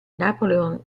napoleon